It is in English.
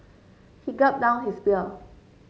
he gulped down his beer